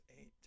eight